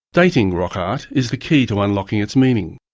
dating rock art is the key to unlocking its meaning.